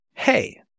hey